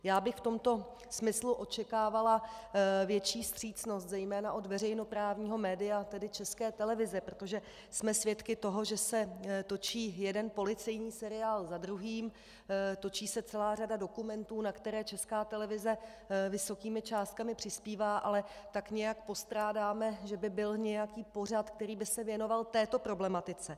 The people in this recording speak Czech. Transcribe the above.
Já bych v tomto smyslu očekávala větší vstřícnost zejména od veřejnoprávního média, tedy České televize, protože jsme svědky toho, že se točí jeden policejní seriál za druhým, točí se celá řada dokumentů, na které Česká televize vysokými částkami přispívá, ale tak nějak postrádáme, že by byl nějaký pořad, který by se věnoval této problematice.